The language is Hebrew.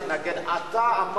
אף-על-פי שהאוצר התנגד אתה אמרת,